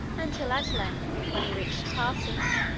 until, at length, when he reached tarsus,